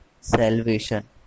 salvation